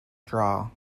draw